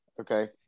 Okay